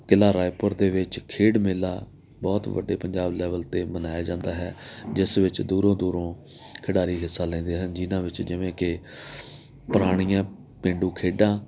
ਕਿਲ੍ਹਾ ਰਾਏਪੁਰ ਦੇ ਵਿੱਚ ਖੇਡ ਮੇਲਾ ਬਹੁਤ ਵੱਡੇ ਪੰਜਾਬ ਲੈਵਲ 'ਤੇ ਮਨਾਇਆ ਜਾਂਦਾ ਹੈ ਜਿਸ ਵਿੱਚ ਦੂਰੋਂ ਦੂਰੋਂ ਖਿਡਾਰੀ ਹਿੱਸਾ ਲੈਂਦੇ ਹਨ ਜਿਨ੍ਹਾਂ ਵਿੱਚ ਜਿਵੇਂ ਕਿ ਪੁਰਾਣੀਆਂ ਪੇਂਡੂ ਖੇਡਾਂ